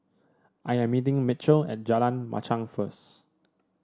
I am meeting Mitchel at Jalan Machang first